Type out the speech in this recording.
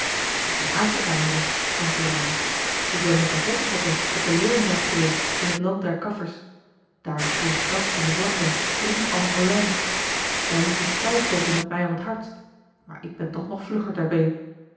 afrika moeder antwoordde hij ik ben met de hottentotten op de leeuwenjacht geweest in het land der kaffers daar groeit gras in de vlakten groen als een olijf daar liep de struisvogel met mij om t hardst maar ik ben toch nog vlugger ter been